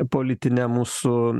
politinę mūsų